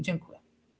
Dziękuję.